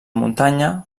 muntanya